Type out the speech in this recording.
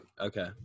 okay